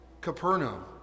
Capernaum